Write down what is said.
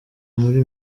muri